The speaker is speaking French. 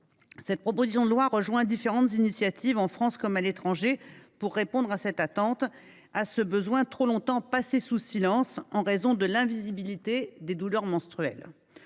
mettre en parallèle avec différentes initiatives, en France comme à l’étranger, pour répondre à cette attente, à ce besoin trop longtemps passé sous silence en raison de l’invisibilité des douleurs menstruelles.